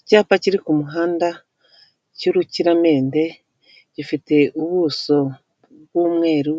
Icyapa kiri ku muhanda, cy'urukiramende, gifite ubuso bw'umweru,